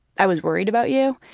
i was worried about you.